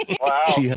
Wow